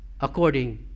according